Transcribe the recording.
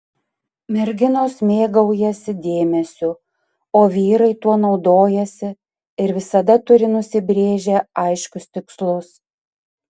merginos mėgaujasi dėmesiu o vyrai tuo naudojasi ir visada turi nusibrėžę aiškius tikslus